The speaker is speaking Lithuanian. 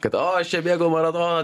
kad o čia bėgu maratoną